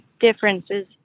differences